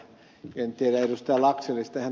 en tiedä ed